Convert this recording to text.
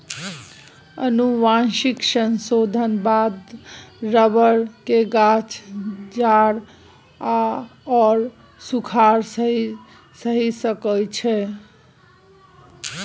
आनुवंशिक संशोधनक बाद रबर केर गाछ जाड़ आओर सूखाड़ सहि सकै छै